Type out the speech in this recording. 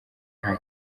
nta